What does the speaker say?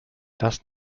das